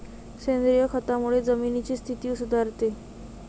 सेंद्रिय खतामुळे जमिनीची स्थिती सुधारते